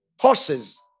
horses